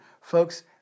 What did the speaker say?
Folks